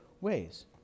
ways